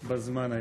בזמן היום.